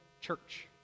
church